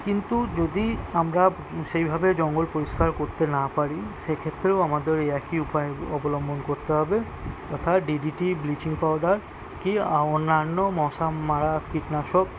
কিন্তু যদি আমরা সেইভাবে জঙ্গল পরিষ্কার করতে না পারি সেক্ষেত্রেও আমাদের ওই একই উপায় অবলম্বন করতে হবে অর্থাৎ D D T bleaching powder কী অন্যান্য মশা মারা কীটনাশক